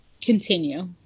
continue